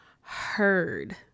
heard